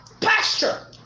pasture